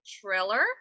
trailer